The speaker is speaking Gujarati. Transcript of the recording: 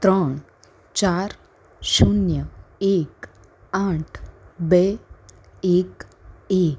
ત્રણ ચાર શૂન્ય એક આઠ બે એક એક